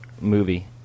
movie